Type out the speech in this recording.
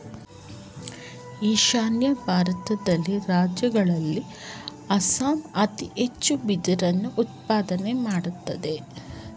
ಈಶಾನ್ಯ ಭಾರತದಲ್ಲಿನ ರಾಜ್ಯಗಳಲ್ಲಿ ಅಸ್ಸಾಂ ಅತಿ ಹೆಚ್ಚು ಬಿದಿರಿನ ಉತ್ಪಾದನೆ ಮಾಡತ್ತದೆ